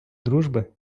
дружби